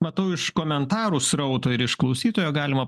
matau iš komentarų srauto ir iš klausytojo galima